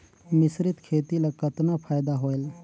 मिश्रीत खेती ल कतना फायदा होयल?